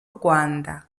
rwanda